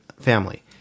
family